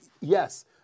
yes